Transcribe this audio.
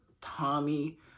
Tommy